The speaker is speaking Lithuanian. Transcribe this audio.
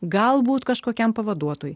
galbūt kažkokiam pavaduotojui